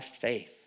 faith